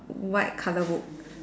white colour book